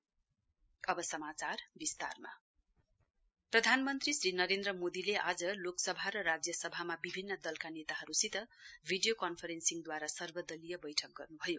PM all party meeting प्रधानमन्त्री श्री नरेन्द्र मोदीले आज लोकसभा र राज्यसभामा विभिन्न दलका नेताहरूसित भिडियो कन्फरेन्सिङद्वारा सर्वदलीय बैठक गर्नुभयो